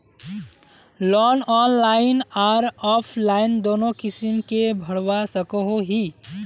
Loan online आर offline दोनों किसम के भरवा सकोहो ही?